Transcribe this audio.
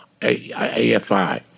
AFI